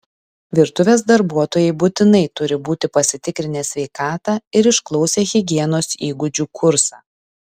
virtuvės darbuotojai būtinai turi būti pasitikrinę sveikatą ir išklausę higienos įgūdžių kursą